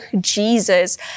Jesus